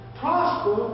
prosper